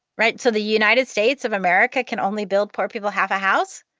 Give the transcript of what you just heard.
right, so the united states of america can only build poor people half a house.